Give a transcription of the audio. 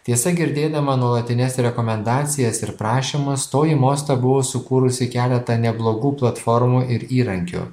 tiesa girdėdama nuolatines rekomendacijas ir prašymus toji mosta buvo sukūrusi keletą neblogų platformų ir įrankių